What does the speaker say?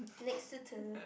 next